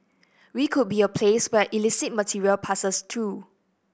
we could be a place where illicit material passes through